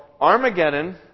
Armageddon